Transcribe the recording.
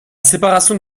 séparation